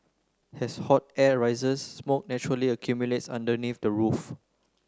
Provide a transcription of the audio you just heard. as hot air rises smoke naturally accumulates underneath the roof